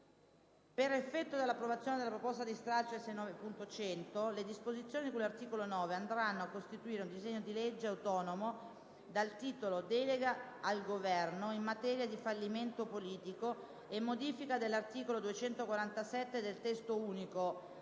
per effetto dell'approvazione della proposta di stralcio S9.100, le disposizioni di cui all'articolo 9 andranno a costituire un disegno di legge autonomo dal titolo «Delega al Governo in materia di fallimento politico e modifica all'articolo 247 del Testo Unico